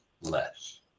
less